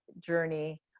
journey